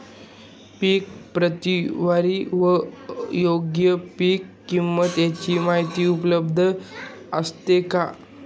पीक प्रतवारी व योग्य पीक किंमत यांची माहिती उपलब्ध असते का?